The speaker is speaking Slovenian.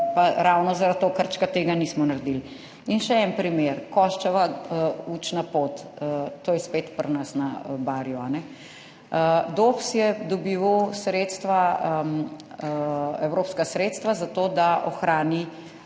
ravno zaradi okarčka tega nismo naredili. In še en primer, Koščeva učna pot, to je spet pri nas na Barju. DOPPS je dobil sredstva, evropska sredstva za to, da ohrani